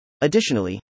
Additionally